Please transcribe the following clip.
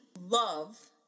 love